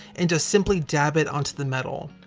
and just simply dab it onto the metal.